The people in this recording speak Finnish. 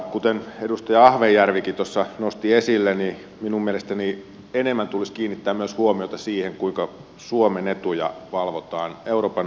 kuten edustaja ahvenjärvikin nosti esille minun mielestäni enemmän tulisi kiinnittää huomiota myös siihen kuinka suomen etuja valvotaan euroopan unionin suuntaan